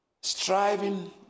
striving